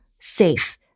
safe